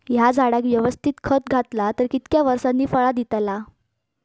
हया झाडाक यवस्तित खत घातला तर कितक्या वरसांनी फळा दीताला?